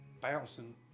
bouncing